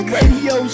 Radio